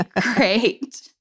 great